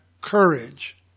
courage